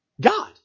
God